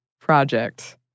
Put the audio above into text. project